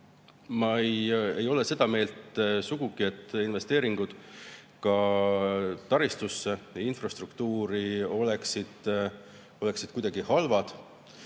ma ei ole sugugi seda meelt, et investeeringud taristusse, infrastruktuuri oleksid kuidagi halvad.